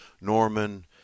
Norman